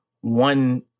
one